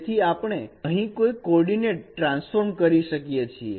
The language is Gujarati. તેથી આપણે અહીં કોઈ કોર્ડીનેટ ટ્રાન્સફોર્મ કરી શકીએ છીએ